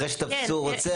אחרי שתפסו רוצח.